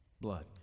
blood